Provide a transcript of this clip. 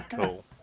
Cool